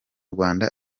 rwanda